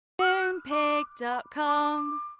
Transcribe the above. Moonpig.com